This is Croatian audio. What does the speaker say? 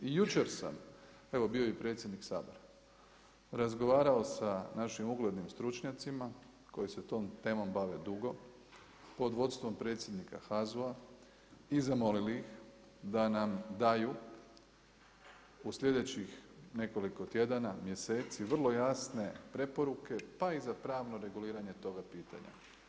I jučer sam, evo bio je i predsjednik Sabora, razgovarao sa našim uglednim stručnjacima, koji se om temom bave dugo, pod vodstvom predsjednika HZU-a i zamolili ih da nam daju u sljedećih nekoliko tjedana, mjeseci, vrlo jasne preporuke, pa i za pravno reguliranje toga pitanja.